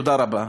תודה רבה,